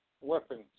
weapons